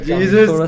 Jesus